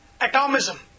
atomism